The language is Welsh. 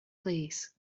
plîs